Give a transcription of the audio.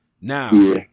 Now